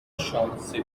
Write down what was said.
شانسی